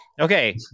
Okay